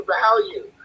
value